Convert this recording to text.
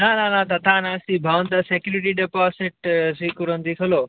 न न न तथा नास्ति भवन्तः सेक्युरिटी डिपोजिट् स्वीकुर्वन्ति खलु